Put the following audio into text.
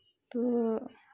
تہٕ